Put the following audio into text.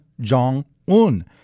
Jong-un